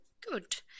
good